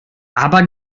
aber